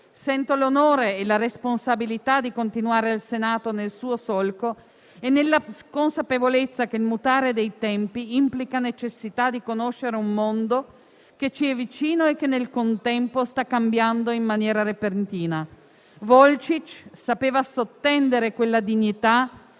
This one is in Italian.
Sento l'onore e la responsabilità di continuare al Senato nel suo solco e nella consapevolezza che il mutare dei tempi implica la necessità di conoscere un mondo che ci è vicino e che nel contempo sta cambiando in maniera repentina. Volcic sapeva sottendere quella dignità